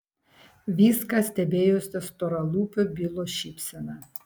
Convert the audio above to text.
viską stebėjusio storalūpio bilo šypsena